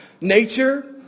nature